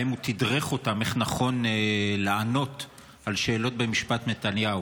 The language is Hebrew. תדרך אותם איך לענות נכון על שאלות במשפט נתניהו.